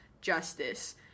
justice